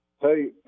Hey